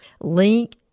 Link